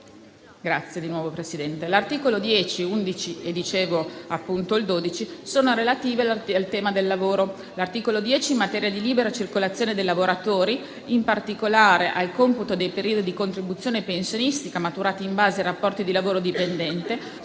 articoli 10, 11 e 12 sono relativi al tema del lavoro. L'articolo 10 interviene in materia di libera circolazione dei lavoratori, con particolare riferimento al computo dei periodi di contribuzione pensionistica maturati in base ai rapporti di lavoro dipendente